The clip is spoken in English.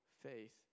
faith